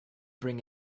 bring